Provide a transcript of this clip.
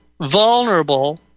vulnerable